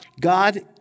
God